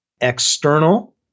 external